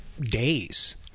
days